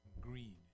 greed